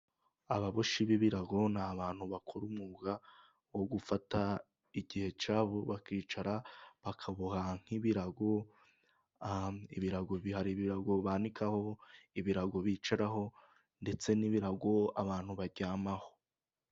Ababoshyi b'ibigo ni abantu bakora umwuga wo gufata igihe cyabo bakicara bakaboha nk'ibirago. Hari ibirago banikaho, ibirago bicaraho ndetse n'ibirago abantu baryamaho.